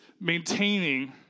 maintaining